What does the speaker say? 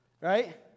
right